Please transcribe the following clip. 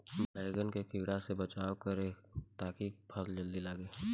बैंगन के कीड़ा से बचाव कैसे करे ता की फल जल्दी लगे?